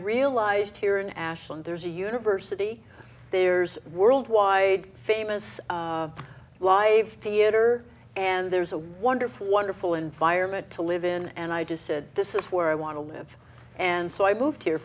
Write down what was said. realized here in ashland there's a university there's worldwide famous live theater and there's a wonderful wonderful environment to live in and i just said this is where i want to live and so i moved here